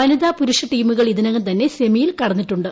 വനിതാ പുരുഷ ടീമുകൾ ഇതിനകം തന്നെ സെമിയിൽ കടന്നിട്ടുണ്ട്